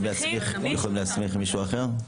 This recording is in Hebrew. הם יכולים להסמיך מישהו אחר?